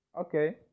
okay